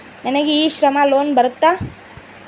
ನನಗೆ e Shram loan ಬರುತ್ತಾ?